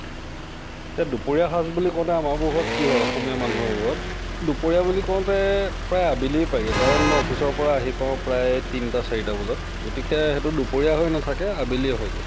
এতিয়া দুপৰীয়া সাজ বুলি কওঁতে আমাৰবোৰ ঘৰত কি হয় অসমীয়া মানুহৰ ঘৰবোৰত দুপৰীয়া বুলি কওঁতে প্ৰায় আবেলিয়ে পাইগৈ কাৰণ মই অফিচৰ পৰা আহি পাওঁ প্ৰায় তিনিটা চাৰিটা বজাত গতিকে সেইটো দুপৰীয়া হৈ নাথাকে আবেলিয়েই হয়গৈ